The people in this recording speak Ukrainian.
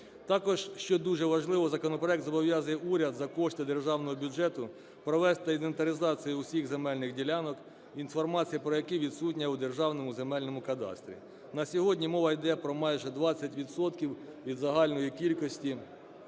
Також, що дуже важливо, законопроект зобов'язує уряд за кошти державного бюджету провести інвентаризацію усіх земельних ділянок, інформація про які відсутня у Державному земельному кадастрі. На сьогодні мова йде про майже 20 відсотків від загальної кількості